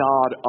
God